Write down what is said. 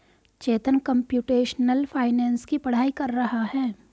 चेतन computational finance की पढ़ाई कर रहा है